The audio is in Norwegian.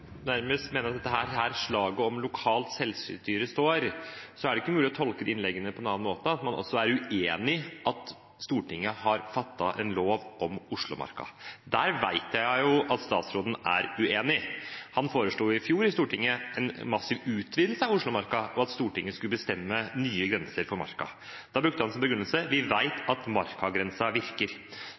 nærmest mener at det er her slaget om lokalt selvstyre står, er det ikke mulig å tolke de innleggene på noen annen måte enn at man også var uenig da Stortinget vedtok en lov om Oslomarka. Det vet jeg at statsråden var uenig i. Han foreslo i fjor i Stortinget en massiv utvidelse av Oslomarka, og at Stortinget skulle bestemme nye grenser for Marka. Da brukte han som begrunnelse: Vi vet at Marka-grensen virker.